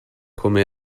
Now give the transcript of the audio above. come